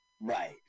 Right